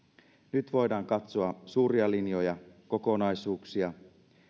nyt voidaan katsoa suuria linjoja kokonaisuuksia